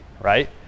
right